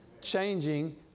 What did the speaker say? Changing